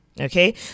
okay